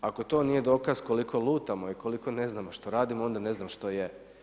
Ako to nije dokaz koliko lutamo i koliko ne znamo što radimo onda ne znam što je.